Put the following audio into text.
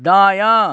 दायाँ